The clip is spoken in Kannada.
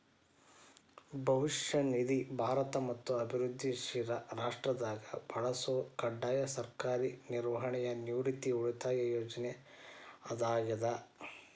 ಭವಿಷ್ಯ ನಿಧಿ ಭಾರತ ಮತ್ತ ಅಭಿವೃದ್ಧಿಶೇಲ ರಾಷ್ಟ್ರದಾಗ ಬಳಸೊ ಕಡ್ಡಾಯ ಸರ್ಕಾರಿ ನಿರ್ವಹಣೆಯ ನಿವೃತ್ತಿ ಉಳಿತಾಯ ಯೋಜನೆ ಆಗ್ಯಾದ